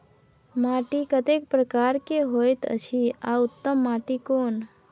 माटी कतेक प्रकार के होयत अछि आ उत्तम माटी कोन?